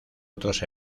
otros